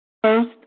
First